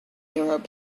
arab